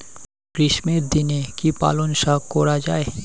গ্রীষ্মের দিনে কি পালন শাখ করা য়ায়?